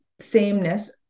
sameness